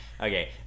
Okay